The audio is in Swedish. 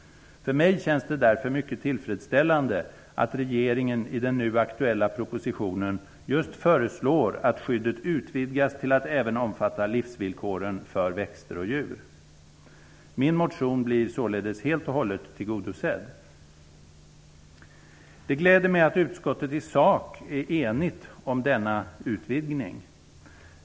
För mig känns det därför mycket tillfredsställande att regeringen i den nu aktuella propositionen just föreslår att skyddet utvidgas till att även omfatta livsvillkoren för växter och djur. Min motion blir således helt och hållet tillgodosedd. Det gläder mig att utskottet i sak är enigt om denna utvidgning.